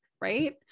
right